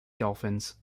dolphins